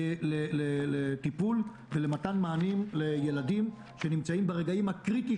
לטיפול ומתן מענים לילדים שנמצאים ברגעים הקריטיים